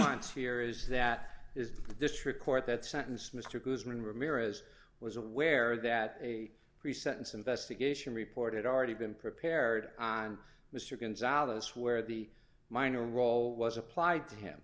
here is that is the district court that sentence mr guzman ramirez was aware that a pre sentence investigation report it already been prepared on mr gonzales where the minor role was applied to him